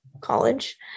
college